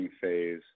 phase